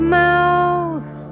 mouth